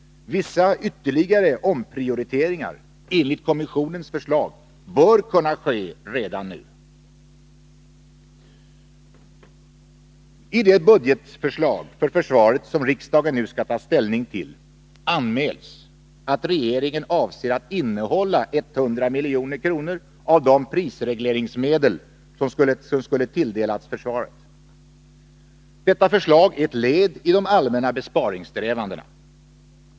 Vissa ytterligare omprioriteringar enligt kommissionens förslag bör kunna ske redan nu. I det budgetförslag för försvaret som riksdagen nu skall ta ställning till anmäls att regeringen avser att innehålla 100 milj.kr. av de prisregleringsmedel som skulle ha tilldelats försvaret. Detta förslag är ett led i de allmänna besparingssträvandena.